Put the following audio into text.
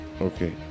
Okay